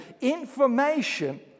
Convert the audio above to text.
Information